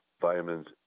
vitamins